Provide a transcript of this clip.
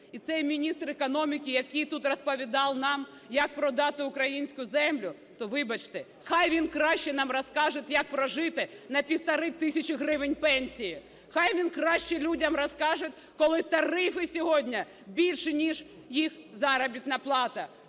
І цей міністр економіки, який тут розповідав нам, як продати українську землю, то, вибачте, нехай він краще нам розкаже, як прожити на півтори тисячі гривень пенсії, нехай він краще людям розкаже, коли тарифи сьогодні більші ніж їх заробітна плата,